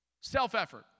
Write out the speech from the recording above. Self-effort